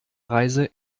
reise